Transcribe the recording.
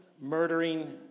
murdering